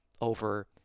over